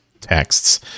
texts